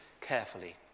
carefully